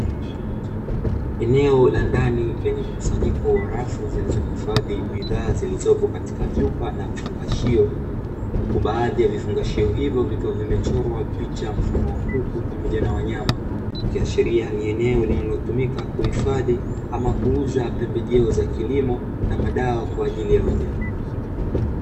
Eneo la ndani lenye mkusanyiko wa rafu zilizohifadhi bidhaa zilizopo katika vyupa na vifungashio, huku baadhi ya vifungashio hivyo vikiwa vimechorwa picha mfano wa kuku pamoja na wanyama. Ikiashiria ni eneo linalotumika kuhifadhi ama kuuza pembejeo za kilimo, na madawa kwa ajili ya wanyama.